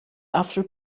after